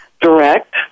direct